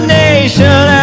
nation